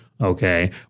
Okay